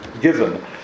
given